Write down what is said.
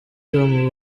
tom